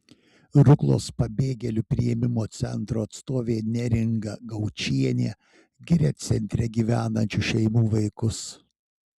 ruklos pabėgėlių priėmimo centro atstovė neringa gaučienė giria centre gyvenančių šeimų vaikus